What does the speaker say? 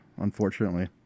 Unfortunately